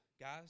guys